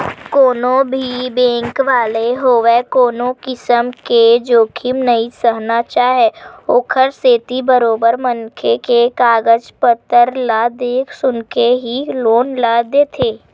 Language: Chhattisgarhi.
कोनो भी बेंक वाले होवय कोनो किसम के जोखिम नइ सहना चाहय ओखरे सेती बरोबर मनखे के कागज पतर ल देख सुनके ही लोन ल देथे